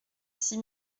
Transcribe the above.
six